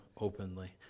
openly